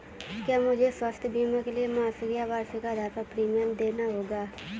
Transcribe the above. क्या मुझे स्वास्थ्य बीमा के लिए मासिक या वार्षिक आधार पर प्रीमियम देना होगा?